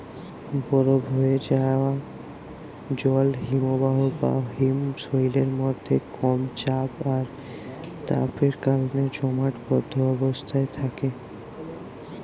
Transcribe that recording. বরফ হোয়ে যায়া জল হিমবাহ বা হিমশৈলের মধ্যে কম চাপ আর তাপের কারণে জমাটবদ্ধ অবস্থায় থাকে